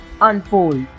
Unfold